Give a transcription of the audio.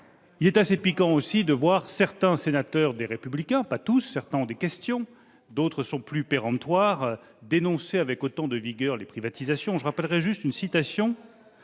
également assez piquant de voir certains sénateurs Les Républicains- pas tous : certains posent des questions, d'autres sont plus péremptoires -dénoncer avec tant de vigueur les privatisations. Je leur rappellerai simplement une citation